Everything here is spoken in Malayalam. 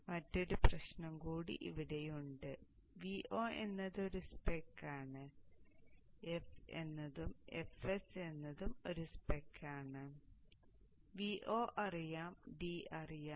ഇപ്പോൾ മറ്റൊരു പ്രശ്നം ഇവിടെയുണ്ട് Vo എന്നത് ഒരു സ്പെക് ആണ് f എന്നത് ഒരു സ്പെക് എഫ് ആണ് f s എന്നത് ഒരു സ്പെക് ആണ് Vo അറിയാം d അറിയാം